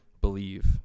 believe